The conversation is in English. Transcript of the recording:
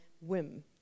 whim